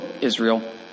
Israel